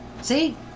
See